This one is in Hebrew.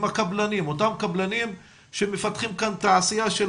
עם אותם קבלנים שמפתחים כאן תעשייה של